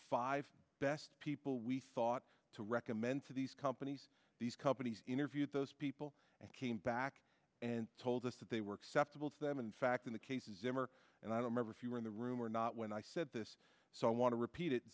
five best people we thought to recommend to these companies these companies interviewed those people and came back and told us that they work sceptical to them in fact in the cases immer and i don't remember if you were in the room or not when i said this so i want to repeat it